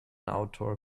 outdoor